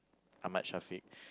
Ahmad Shafiq